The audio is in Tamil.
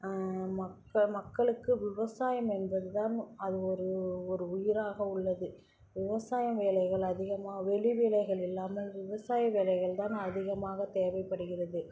மக்க மக்களுக்கு விவசாயம் என்பது தான் அது ஒரு ஒரு உயிராக உள்ளது விவசாய வேலைகள் அதிகமா வெளி வேலைகள் இல்லாமல் விவசாய வேலைகள் தான் அதிகமாக தேவைப்படுகிறது